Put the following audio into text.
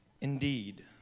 Indeed